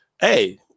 hey